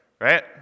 right